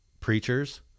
preachers